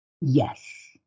yes